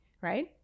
right